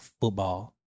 football